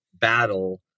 battle